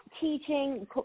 teaching